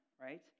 Right